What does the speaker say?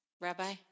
Rabbi